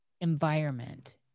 environment